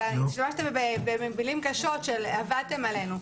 אתה השתמשת במילים קשות של 'עבדתם עלינו'.